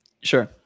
Sure